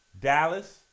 Dallas